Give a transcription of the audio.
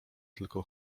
tylko